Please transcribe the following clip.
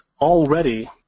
already